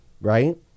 right